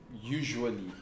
usually